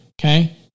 okay